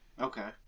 Okay